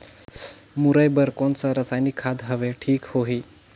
मुरई बार कोन सा रसायनिक खाद हवे ठीक होही?